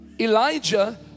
Elijah